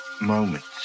moments